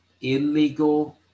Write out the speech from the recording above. illegal